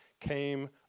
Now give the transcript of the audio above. came